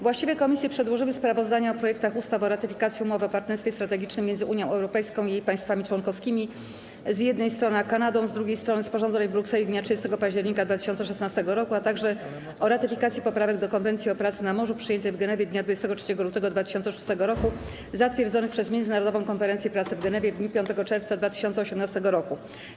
Właściwe komisje przedłożyły sprawozdania o projektach ustaw: - o ratyfikacji Umowy o partnerstwie strategicznym między Unią Europejską i jej państwami członkowskimi, z jednej strony, a Kanadą, z drugiej strony, sporządzonej w Brukseli dnia 30 października 2016 r., - o ratyfikacji Poprawek do Konwencji o pracy na morzu, przyjętej w Genewie dnia 23 lutego 2006 r., zatwierdzonych przez Międzynarodową Konferencję Pracy w Genewie w dniu 5 czerwca 2018 r.